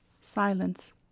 Silence